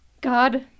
God